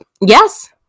yes